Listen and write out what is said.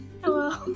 hello